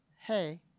hey